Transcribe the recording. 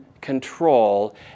control